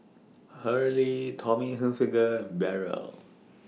Hurley Tommy Hilfiger Barrel